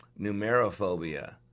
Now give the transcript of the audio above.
Numerophobia